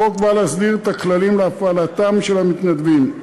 החוק בא להסדיר את הכללים להפעלתם של המתנדבים.